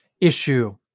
issue